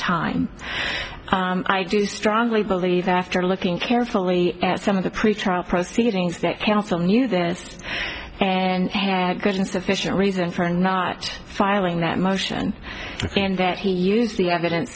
time i do strongly believe that after looking carefully at some of the pretrial proceedings that counsel knew this and had good and sufficient reason for not filing that motion and that he used the evidence